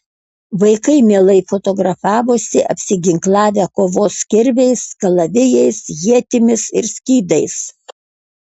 vaikai mielai fotografavosi apsiginklavę kovos kirviais kalavijais ietimis ir skydais